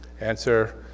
Answer